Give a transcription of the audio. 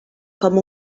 com